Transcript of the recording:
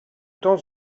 temps